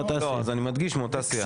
לא, אז אני מדגיש מאותה סיעה.